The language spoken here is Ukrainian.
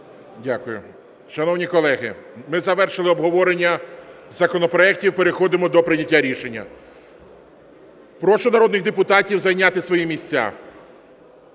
Дякую. Шановні колеги, ми завершили обговорення законопроектів, переходимо до прийняття рішення. Прошу народних депутатів зайняти свої місця.